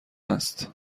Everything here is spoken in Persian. است